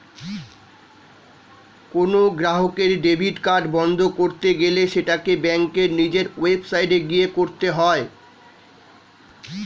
কোনো গ্রাহকের debit card বন্ধ করতে গেলে সেটাকে ব্যাঙ্কের নিজের ওয়েবসাইটে গিয়ে করতে হয়ে